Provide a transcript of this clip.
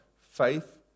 Faith